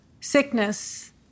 sickness